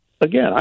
again